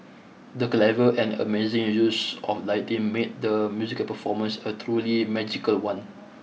the clever and amazing use of lighting made the musical performance a truly magical one